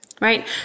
right